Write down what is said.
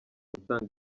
gutanga